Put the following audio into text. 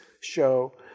show